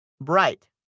bright